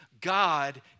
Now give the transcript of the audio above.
God